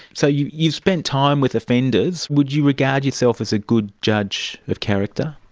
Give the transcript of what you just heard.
so you've you've spent time with offenders. would you regard yourself as a good judge of character?